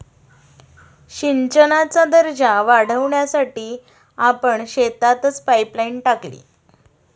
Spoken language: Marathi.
सिंचनाचा दर्जा वाढवण्यासाठी आपण शेतातच पाइपलाइन टाकली